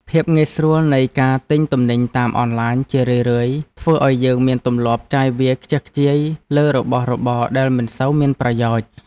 ភាពងាយស្រួលនៃការទិញទំនិញតាមអនឡាញជារឿយៗធ្វើឱ្យយើងមានទម្លាប់ចាយវាយខ្ជះខ្ជាយលើរបស់របរដែលមិនសូវមានប្រយោជន៍។